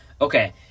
Okay